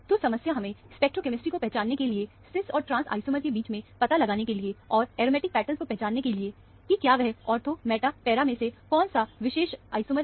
तो समस्या हमें स्टीरियोकेमेस्ट्री को पहचानने के लिए सिस और ट्रांस आइसोमर के बीच में पता लगाने के लिए और एरोमेटिक पैटर्न को पहचानने के लिए कि क्या वह ऑर्थो मेटा पैरा में से कौन सा विशेष आइसोमर है